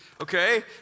Okay